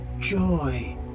joy